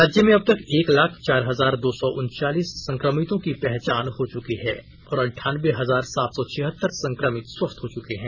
राज्य में अब तक एक लाख चार हजार दो सौ उनचालीस संक्रमितों की पहचान हो चुकी है और अंठानवे हजार सात सौ छिहत्तर संक्रमित स्वस्थ हो चुके हैं